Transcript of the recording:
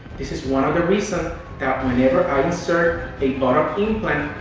this is one of the reasons that whenever i insert a buttock implant,